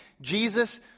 Jesus